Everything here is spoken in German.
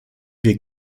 wir